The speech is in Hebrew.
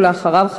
ואחריו,